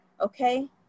Okay